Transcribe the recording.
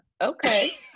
okay